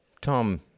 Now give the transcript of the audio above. Tom